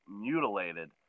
mutilated